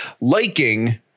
Liking